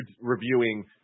reviewing